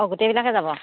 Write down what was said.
অঁ গোটেইবিলাকে যাব